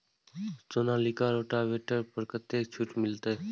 Sonalika rotavator पर कतेक छूट मिलते?